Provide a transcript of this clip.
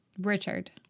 Richard